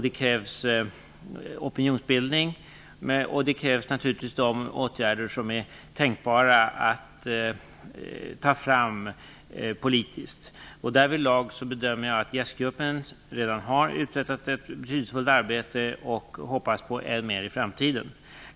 Det krävs opinionsbildning och alla politiska åtgärder som är tänkbara att ta fram. Därvidlag bedömer jag att JÄST gruppen redan har uträttat ett betydelsefullt arbete, och jag hoppas på än mer i framtiden.